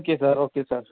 okay sir okay sir